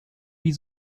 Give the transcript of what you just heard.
wie